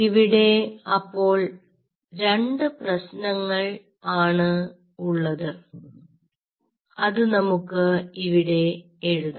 ഇവിടെ അപ്പോൾ രണ്ട് പ്രശ്നങ്ങൾ ആണ് ഉള്ളത് അത് നമുക്ക് ഇവിടെ എഴുതാം